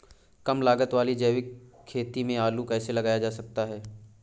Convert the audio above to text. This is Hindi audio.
कम लागत वाली जैविक खेती में आलू कैसे लगाया जा सकता है?